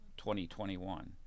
2021